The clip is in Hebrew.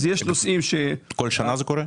אז יש נושאים --- כל שנה זה קורה?